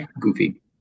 goofy